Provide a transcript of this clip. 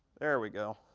there we go.